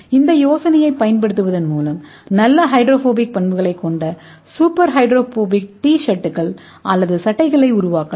இந்த யோசனையைப் பயன்படுத்துவதன் மூலம் நல்ல ஹைட்ரோபோபிக் பண்புகளை கொண்ட சூப்பர் ஹைட்ரோபோபிக் டி ஷர்ட்டுகள் அல்லது சட்டைகளை உருவாக்கலாம்